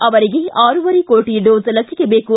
ಅವರಿಗೆ ಆರೂವರೆ ಕೋಟಿ ಡೋಸ್ ಲಸಿಕೆ ಬೇಕು